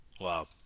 Wow